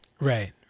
Right